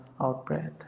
out-breath